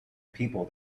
people